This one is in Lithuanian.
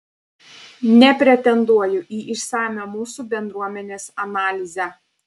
nepretenduoju į išsamią mūsų bendruomenės analizę